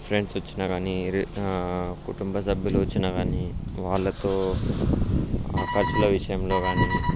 friends వచ్చినా కానీ కుటుంబ సభ్యులు వచ్చినా కానీ వాళ్ళతో ఆ ఖర్చుల విషయంలో కానీ